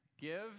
Give